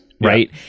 Right